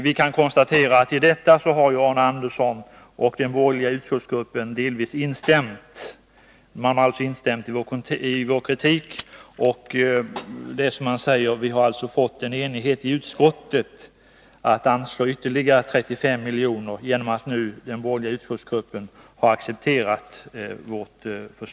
Vi kan konstatera att Arne Andersson och den borgerliga utskottsgruppen delvis har instämt i den kritiken från vår sida. Som Arne Andersson sade har vi nu, genom att den borgerliga utskottsgruppen har accepterat vårt förslag, uppnått enighet i utskottet om att anslå ytterligare 35 miljoner.